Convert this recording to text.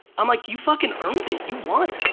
i'm like you fuckin' earned it, you won.